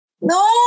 No